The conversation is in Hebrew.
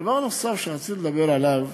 דבר נוסף שרציתי לדבר עליו